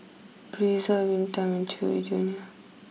Breezer Winter time and Chewy Junior